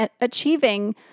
achieving